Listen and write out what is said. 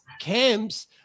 camps